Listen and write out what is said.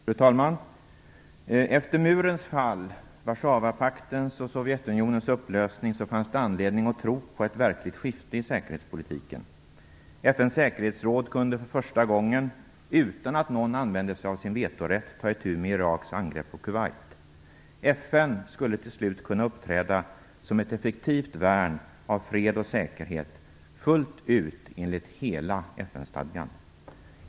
Fru talman! Efter murens fall, Warszawapaktens och Sovjetunionens upplösning fanns det anledning att tro på ett verkligt skifte i säkerhetspolitiken. FN:s säkerhetsråd kunde för första gången, utan att någon använde sig av sin vetorätt, ta itu med Iraks angrepp på Kuwait. FN skulle till slut kunna uppträda som ett effektivt värn av fred och säkerhet fullt ut enligt hela FN-stadgan.